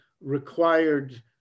required